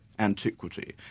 Antiquity